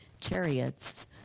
chariots